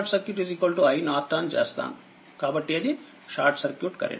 కాబట్టిఅది short circuit current